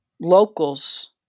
locals